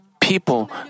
People